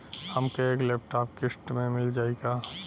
हमके एक लैपटॉप किस्त मे मिल जाई का?